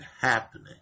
happening